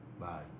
Bye